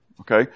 Okay